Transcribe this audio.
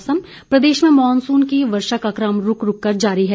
मौसम प्रदेश में मानसून की वर्षा का कम रूक रूक कर जारी है